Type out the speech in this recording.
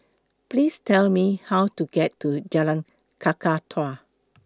Please Tell Me How to get to Jalan Kakatua